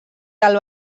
del